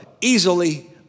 easily